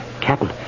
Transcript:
Captain